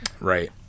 Right